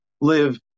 live